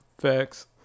Facts